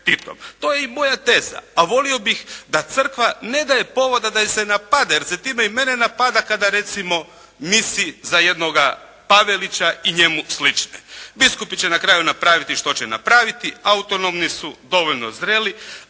To je i moja teza a volio bih da Crkva ne daje povoda da ju se napada jer se time i mene napada kada recimo misi za jednoga Pavelića i njemu slične. Biskupi će na kraju napraviti što će napraviti, autonomni su, dovoljno zreli.